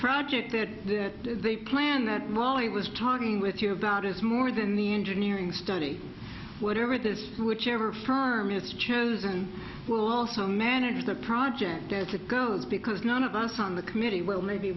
project that they planned that well i was talking with you about is more than the engineering study whatever this whichever firm is chosen will also manage the project as it goes because none of us on the committee will maybe